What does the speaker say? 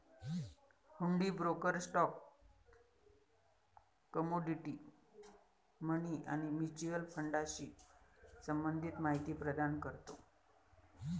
हुंडी broker stock, commodity, money आणि mutual फंडाशी संबंधित माहिती प्रदान करतो